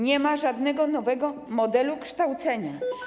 Nie ma żadnego nowego modelu kształcenia.